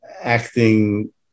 acting